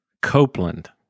Copeland